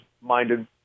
minded